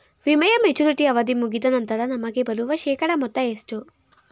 ವಿಮೆಯ ಮೆಚುರಿಟಿ ಅವಧಿ ಮುಗಿದ ನಂತರ ನಮಗೆ ಬರುವ ಶೇಕಡಾ ಮೊತ್ತ ಎಷ್ಟು?